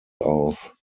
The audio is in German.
auf